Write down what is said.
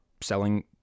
selling